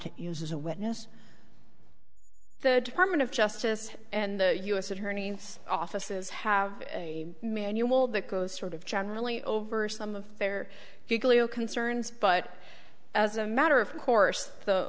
e uses a witness the department of justice and the u s attorney's offices have a manual that goes sort of generally over some of their concerns but as a matter of course the